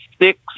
six